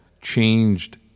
changed